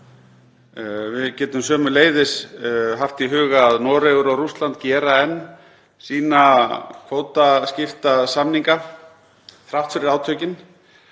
Við getum sömuleiðis haft í huga að Noregur og Rússland gera enn sína kvótaskiptasamninga þrátt fyrir átökin.